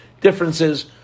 differences